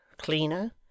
cleaner